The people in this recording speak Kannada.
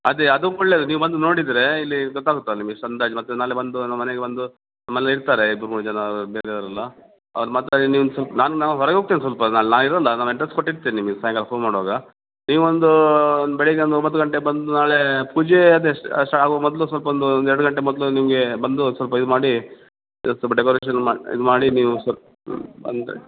ಅದೇ ಅದು ಒಳ್ಳೆಯದು ನೀವು ಬಂದು ನೋಡಿದರೆ ಇಲ್ಲಿ ಗೊತ್ತಾಗುತ್ತಲ್ಲ ನಿಮ್ಗೆ ಎಷ್ಟು ಅಂದಾಜು ಮತ್ತು ನಾಳೆ ಬಂದು ನಮ್ಮ ಮನೆಗೆ ಬಂದು ನಮ್ಮಲ್ಲಿ ಇರ್ತಾರೆ ಇಬ್ಬರು ಮೂರು ಜನ ಬೇರೆ ಅವರೆಲ್ಲ ಅದು ಮತ್ತು ಅದೇ ನೀವು ಒಂದು ಸ್ವಲ್ಪ ನಾನು ನಾ ಹೊರಗೆ ಹೋಗ್ತೇನೆ ಸ್ವಲ್ಪ ನಾ ಇರೋಲ್ಲ ನಾನು ಅಡ್ರೆಸ್ ಕೊಟ್ಟಿರ್ತೇನೆ ನಿಮಗೆ ಸಾಯಂಕಾಲ ಫೋನ್ ಮಾಡುವಾಗ ನೀವು ಒಂದು ಒಂದು ಬೆಳಗ್ಗೆ ಒಂದು ಒಂಬತ್ತು ಗಂಟೆಗೆ ಬಂದು ನಾಳೆ ಪೂಜೆ ಅದೆಷ್ಟು ಅಷ್ಟು ಆಗುವ ಮೊದಲು ಸ್ವಲ್ಪ ಒಂದು ಒಂದು ಎರಡು ಗಂಟೆ ಮೊದಲು ನಿಮಗೆ ಬಂದು ಸ್ವಲ್ಪ ಇದು ಮಾಡಿ ಇದ್ಕೆ ಸ್ವಲ್ಪ ಡೆಕೋರೇಷನ್ ಮಾ ಇದು ಮಾಡಿ ನೀವು ಸೊಪ್ ಬಂದೆ